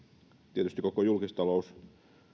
tietysti koko julkistalous